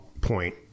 point